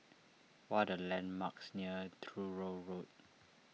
what are landmarks near Truro Road